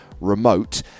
remote